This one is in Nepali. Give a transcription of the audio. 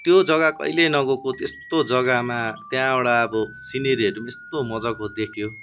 त्यो जग्गा कहिल्यै नगएको त्यस्तो जग्गामा त्यहाँबाट अब सिनेरीहरू यस्तो मज्जाको देख्यो